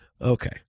Okay